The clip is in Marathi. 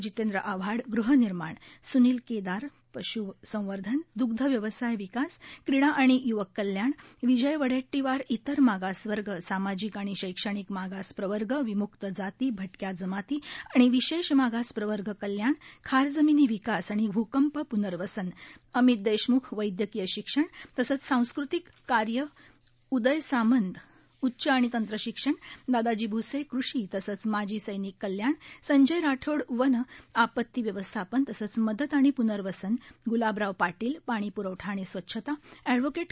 जितेंद्र आव्हाड गृहनिर्माण सूनिल केदार पश्संवर्धन द्ग्ध व्यवसाय विकास क्रीडा आणि य्वक कल्याण विजय वडेट्टीवार इतर मागासवर्ग सामाजिक आणि शक्षणिक मागास प्रवर्ग विमुक्त जाती भटक्या जमाती आणि विशेष मागास प्रवर्ग कल्याण खार जमिनी विकास आणि भूकंप प्नर्वसन अमित देशम्ख वव्व्यकीय शिक्षण तसंच सांस्कृतिक कार्य उदय सामंत उच्च आणि तंत्र शिक्षण दादाजी भूसे कृषि तसंच माजी समिक कल्याण संजय राठोड वनं आपत्ती व्यवस्थापन तसंच मदत आणि प्नर्वसन ग्लाबराव पाटील पाणी प्रवठा आणि स्वच्छता एडव्होकेट